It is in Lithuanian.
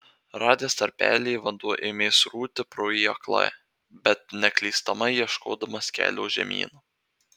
radęs tarpelį vanduo ėmė srūti pro jį aklai bet neklystamai ieškodamas kelio žemyn